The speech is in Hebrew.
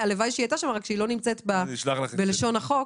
הלוואי שהיא הייתה שם אבל היא לא נמצאת בלשון החוק.